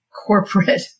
corporate